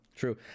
true